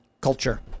culture